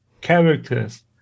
characters